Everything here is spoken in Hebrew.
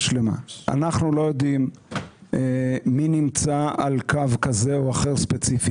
אנחנו לא יודעים מי נמצא על קו כזה או אחר ספציפי.